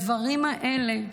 הדברים האלה,